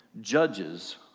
Judges